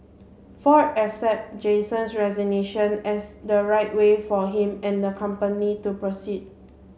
ford accepted Jason's resignation as the right way for him and the company to proceed